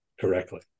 correctly